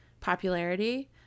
popularity